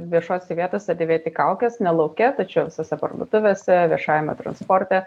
viešose vietose dėvėti kaukes ne lauke tačiau visose parduotuvėse viešajame transporte